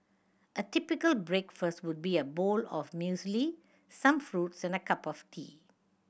a typical breakfast would be a bowl of muesli some fruits and a cup of coffee